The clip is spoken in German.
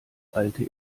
alte